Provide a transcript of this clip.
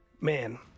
man